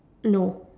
no